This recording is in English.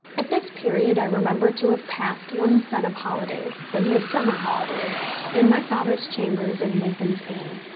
at this period i remember to have passed one set of holidays the midsummer holidays in my father's chambers in lincoln's inn.